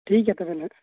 ᱴᱷᱤᱠᱜᱮᱭᱟ ᱛᱚᱵᱮ ᱱᱟᱦᱟᱸᱜ